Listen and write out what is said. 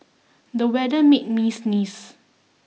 the weather made me sneeze